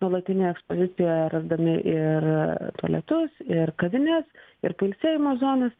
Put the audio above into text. nuolatinėj ekspozicijoje rasdami ir tualetus ir kavines ir pailsėjimo zonas